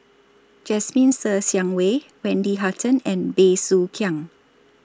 Jasmine Ser Xiang Wei Wendy Hutton and Bey Soo Khiang